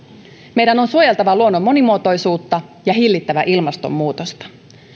meidän on suojeltava luonnon monimuotoisuutta ja hillittävä ilmastonmuutosta